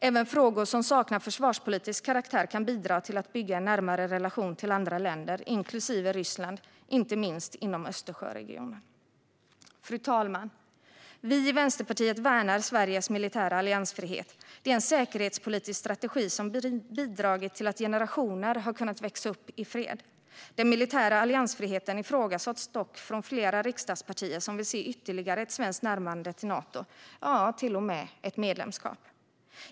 Även frågor som saknar försvarspolitisk karaktär kan bidra till att bygga en närmare relation till andra länder, inklusive Ryssland, inte minst inom Östersjöregionen. Fru talman! Vi i Vänsterpartiet värnar Sveriges militära alliansfrihet. Det är en säkerhetspolitisk strategi som bidragit till att generationer har kunnat växa upp i fred. Den militära alliansfriheten ifrågasätts dock från flera riksdagspartier som vill se ytterligare ett svenskt närmande till Nato - ja, till och med ett medlemskap.